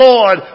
Lord